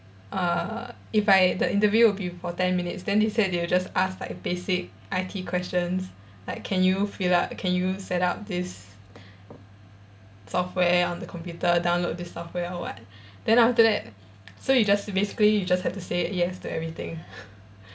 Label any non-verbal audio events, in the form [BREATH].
uh if I the interview will be for ten minutes then they said they will just ask like basic I_T questions like can you fill up can you set up this software on the computer download this software or what then after that so you just basically you just have to say yes to everything [BREATH]